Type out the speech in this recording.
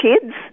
kids